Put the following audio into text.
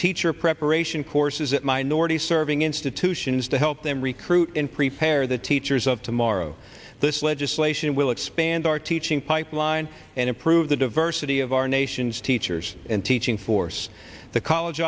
teacher preparation courses at minority serving institutions to help them recruit prepare the teachers of tomorrow this legislation will expand our teaching pipeline and improve the diversity of our nation's teachers and teaching force the college